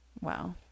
wow